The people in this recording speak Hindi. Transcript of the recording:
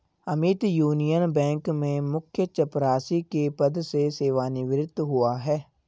अमित यूनियन बैंक में मुख्य चपरासी के पद से सेवानिवृत हुआ है